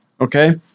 Okay